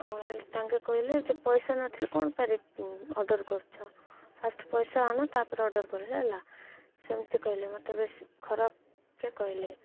ଆଉ ତାଙ୍କେ କହିଲେ ଯେ ପଇସା ନଥିଲେ କ'ଣ ଅର୍ଡର୍ କରୁଛ ଫାଷ୍ଟ ପଇସା ଆନ ତାପରେ ଅର୍ଡର ହେଲା ସେମିତି କହିଲେ ମୋତେ ବେଶୀ ଖରାପରେ କହିଲେ